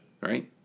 right